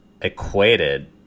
equated